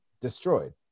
destroyed